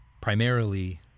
primarily